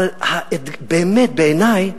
אבל באמת בעיני,